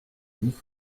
dix